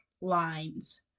lines